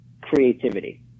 creativity